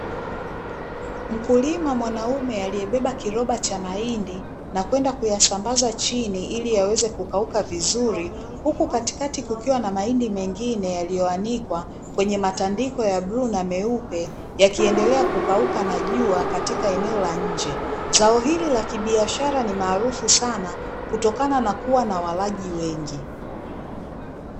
Mkulima mwanamume aliyebeba kiroba cha mahindi na kwenda kuyasambaza chini ili yaweze kukauka vizuri, huku katikati kukiwa na mahindi mengine yaliyoanikwa kwenye matandiko ya bluu na meupe, yakiendelea kukauka na jua katika eneo la nje. Zao hili la kibiashara ni maarufu sana kutokana na kuwa na walaji wengi.